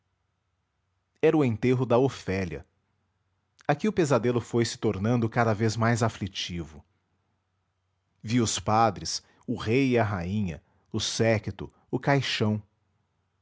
era o enterro da ofélia aqui o pesadelo foi-se tornando cada vez mais aflitivo vi os padres o rei e a rainha o séquito o caixão